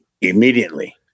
Immediately